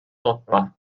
nutma